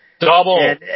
Double